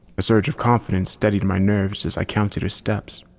a surge of confidence steadied my nerves as i counted his steps.